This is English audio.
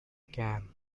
cam